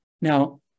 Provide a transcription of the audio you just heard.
Now